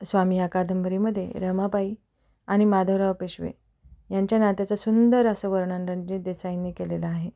स्वामी या कादंबरीमध्ये रमाबाई आणि माधवराव पेशवे यांच्या नात्याचा सुंदर असं वर्णन रणजित देसाईंनी केलेलं आहे